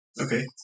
Okay